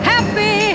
Happy